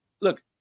Look